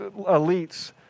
elites